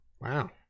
Wow